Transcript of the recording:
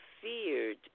feared